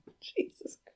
Jesus